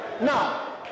Now